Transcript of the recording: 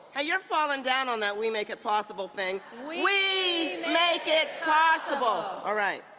ah you're falling down on that we make it possible thing. we make it possible! all right.